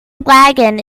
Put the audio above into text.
wagon